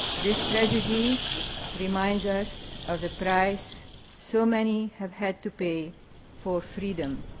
this tragedy reminds us of the price so many have had to pay for freedom.